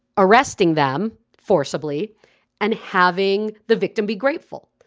arresting them forcibly and having the victim be grateful.